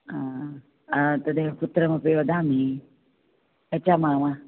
तदेव पुत्रमपि वदामि गच्छामः वा